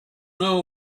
know